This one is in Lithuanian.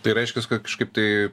tai reiškias kad kažkaip tai